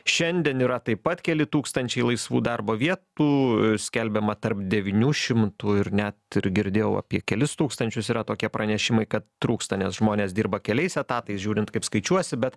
šiandien yra taip pat keli tūkstančiai laisvų darbo vietų skelbiama tarp devynių šimtų ir net ir girdėjau apie kelis tūkstančius yra tokie pranešimai kad trūksta nes žmonės dirba keliais etatais žiūrint kaip skaičiuosi bet